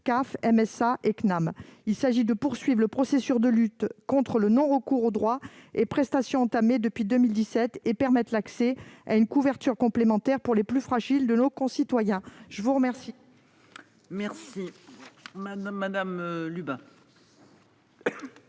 CAF, MSA et CNAM. Il s'agit de poursuivre le processus de lutte contre le non-recours aux droits et prestations engagé depuis 2017 et de permettre l'accès à une couverture complémentaire aux plus fragiles de nos concitoyens. La parole est à Mme Monique Lubin,